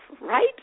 right